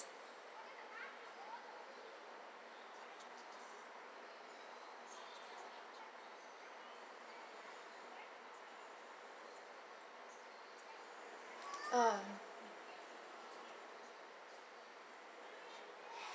ah